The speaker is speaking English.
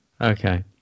okay